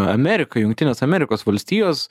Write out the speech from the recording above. amerika jungtinės amerikos valstijos